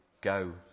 Go